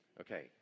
Okay